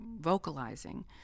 vocalizing